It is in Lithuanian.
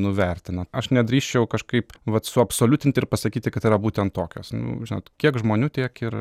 nuvertina aš nedrįsčiau kažkaip vat suabsoliutinti ir pasakyti kad yra būten tokios nu žinot kiek žmonių tiek ir